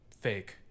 Fake